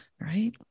right